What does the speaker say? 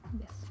Yes